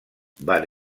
van